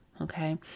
Okay